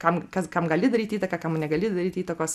kam kas kam gali daryti įtaką kam negali daryti įtakos